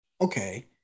okay